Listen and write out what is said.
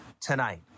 tonight